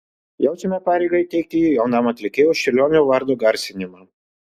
jaučiame pareigą įteikti jį jaunam atlikėjui už čiurlionio vardo garsinimą